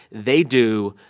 they do.